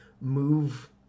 move